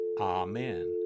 Amen